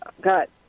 got